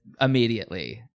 immediately